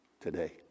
today